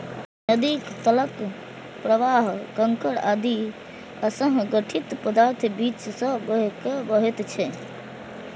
नदीक तलक प्रवाह कंकड़ आदि असंगठित पदार्थक बीच सं भए के बहैत छै